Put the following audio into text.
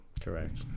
correct